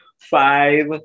five